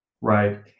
Right